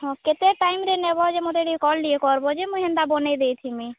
ହଁ କେତେ ଟାଇମ୍ରେ ନେବ ଯେ ମତେ ଟିକେ କଲ୍ ଟିକେ କର୍ବ ଯେ ମୁଇଁ ହେନ୍ତା ବନେଇ ଦେଇଥିମି